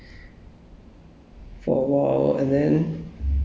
it's very cooling and you just you just stay there